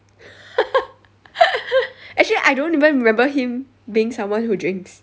actually I don't even remember him being someone who drinks